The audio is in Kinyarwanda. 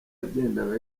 yagendaga